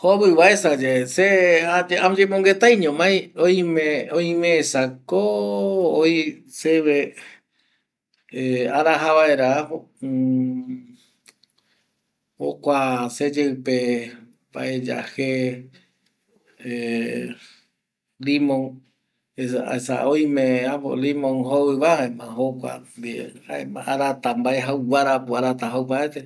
Jovi va aesa ye se ayemonguetaño ma aï oime esa kooo oï seve araja vaera jokua seyeipe vaeya je limon esa yae oime limon joviva jaema jokua ndie arata vae jau guarapu arata jau paraete.